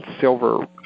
silver